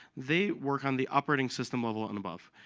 they work on the operating system-level and above.